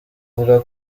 avuga